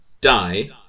die